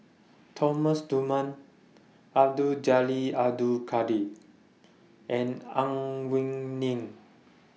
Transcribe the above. Thomas Dunman Abdul Jalil Abdul Kadir and Ang Wei Neng